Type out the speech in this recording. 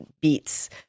beats